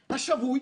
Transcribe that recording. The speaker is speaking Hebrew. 1) השבוי